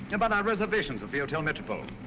and about our reservations at the hotel metropole.